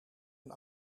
aan